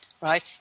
Right